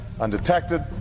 undetected